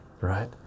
right